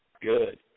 Good